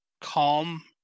calm